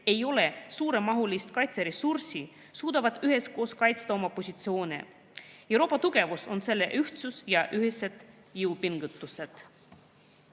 ei ole suuremahulist kaitseressurssi, suudavad üheskoos kaitsta oma positsioone. Euroopa tugevus on selle ühtsus ja ühised jõupingutused. On